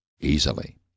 easily